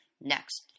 Next